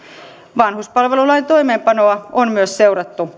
vanhuspalvelulain toimeenpanoa on myös seurattu